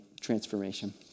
transformation